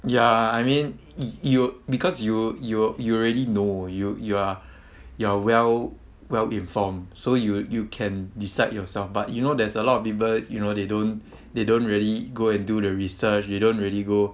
ya I mean you because you you you already know you you're you're well well informed so you you can decide yourself but you know there's a lot of people you know they don't they don't really go and do the research they dont really go